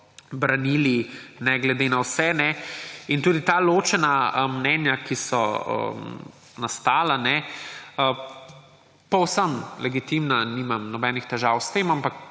branili, ne glede na vse. Tudi ta ločena mnenja, ki so nastala, so povsem legitimna, nimam nobenih težav s tem, ampak